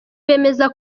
bemeza